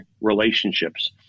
relationships